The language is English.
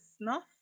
snuff